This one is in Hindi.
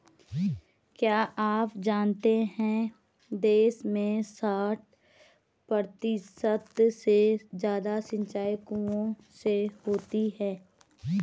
क्या आप जानते है देश में साठ प्रतिशत से ज़्यादा सिंचाई कुओं से होती है?